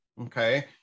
Okay